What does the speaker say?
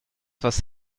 was